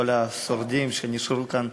כל השורדים שנשארו כאן,